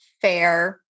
fair